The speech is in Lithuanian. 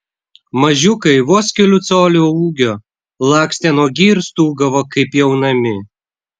mažiukai vos kelių colių ūgio lakstė nuogi ir stūgavo kaip pjaunami